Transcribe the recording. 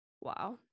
Wow